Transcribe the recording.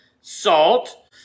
salt